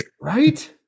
Right